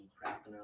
crap